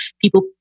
people